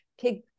pig